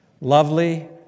Lovely